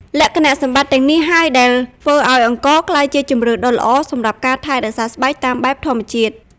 លក្ខណៈសម្បត្តិទាំងនេះហើយដែលធ្វើឱ្យអង្ករក្លាយជាជម្រើសដ៏ល្អសម្រាប់ការថែរក្សាស្បែកតាមបែបធម្មជាតិ។